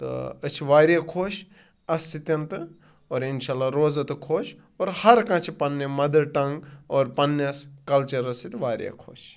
تہٕ أسۍ چھِ واریاہ خۄش اَتھ سۭتۍ تہٕ اور اِنشاء اللہ روزَو تہِ خۄش اور ہر کانٛہہ چھِ پںٛنہِ مَدَر ٹنٛگ اور پںٛنِس کَلچرَس سۭتۍ واریاہ خۄش